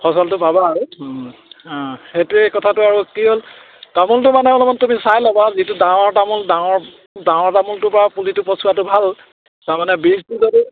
ফচলটো পাবা আৰু সেইটোৱেই কথাটো আৰু কি হ'ল তামোলটো মানে অলপমান তুমি চাই ল'বা যিটো ডাঙৰ তামোল ডাঙৰ ডাঙৰ তামোলটোৰ পৰা পুলিটো পচোৱাটো ভাল তাৰমানে বীজটো যদি